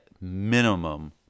minimum